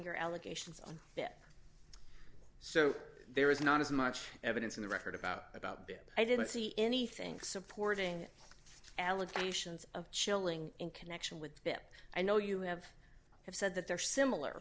your allegations on that so there is not as much evidence in the record about about bit i didn't see anything supporting allegations of chilling in connection with it i know you have have said that they're